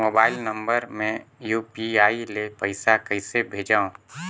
Mobile number मे UPI ले पइसा कइसे भेजवं?